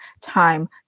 time